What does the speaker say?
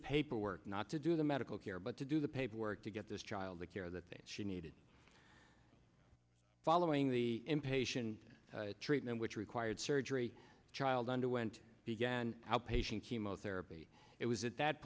paperwork not to do the medical care but to do the paperwork to get this child the care that they she needed following the impatient treatment which required surgery child underwent began outpatient chemotherapy it was at that